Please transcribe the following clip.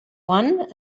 one